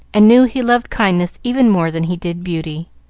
and knew he loved kindness even more than he did beauty.